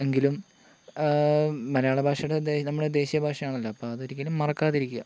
എങ്കിലും മലയാള ഭാഷയുടെ എന്തേ നമ്മുടെ ദേശീയ ഭാഷയാണല്ലോ അപ്പോൾ അത് ഒരിക്കലും മറക്കാതെ ഇരിക്കുക